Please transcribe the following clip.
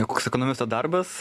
koks ekonomisto darbas